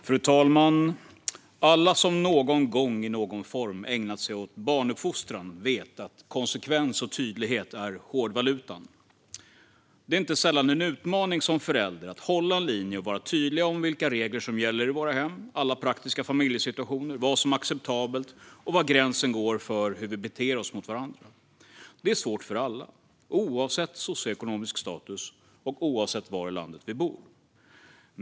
Fru talman! Alla som någon gång i någon form ägnat sig åt barnuppfostran vet att konsekvens och tydlighet är hårdvaluta. Det är inte sällan en utmaning att som förälder hålla en linje och vara tydlig med vilka regler som gäller i våra hem i alla praktiska familjesituationer, vad som är acceptabelt och var gränsen går för hur vi beter oss mot varandra. Det är svårt för alla, oavsett socioekonomisk status och oavsett var i landet vi bor.